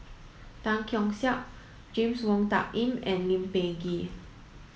Tan Keong Saik James Wong Tuck Yim and Lee Peh Gee